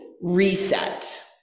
reset